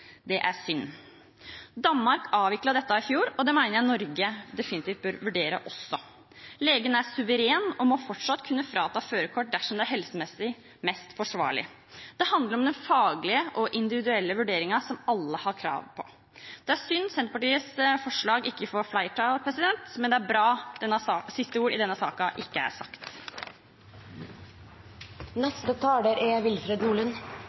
Det er synd. Danmark avviklet dette i fjor, og det mener jeg Norge definitivt bør vurdere også. Legen er suveren og må fortsatt kunne frata førerkort dersom det er helsemessig mest forsvarlig. Det handler om den faglige og individuelle vurderingen som alle har krav på. Det er synd Senterpartiets forslag ikke får flertall, men det er bra siste ord i denne saken ikke er sagt. Det kan synes som om det i denne debatten i hvert fall er